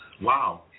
wow